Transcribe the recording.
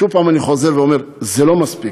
שוב אני אומר: זה לא מספיק,